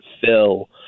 fill